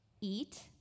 eat